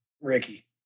Ricky